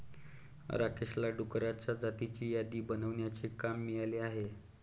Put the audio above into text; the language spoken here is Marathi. राकेशला डुकरांच्या जातींची यादी बनवण्याचे काम मिळाले आहे